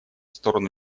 сторону